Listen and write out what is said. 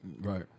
Right